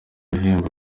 bihembo